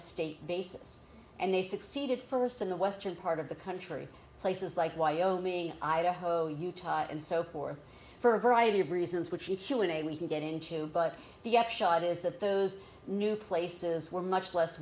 state basis and they succeeded first in the western part of the country places like wyoming idaho utah and so forth for a variety of reasons which each day we can get into but the upshot is that those new places were much less